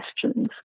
questions